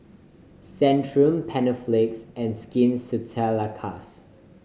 Centrum Panaflex and Skin Ceuticals